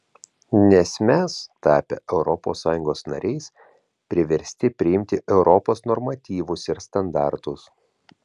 nes mes tapę europos sąjungos nariais priversti priimti europos normatyvus ir standartus